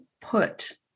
put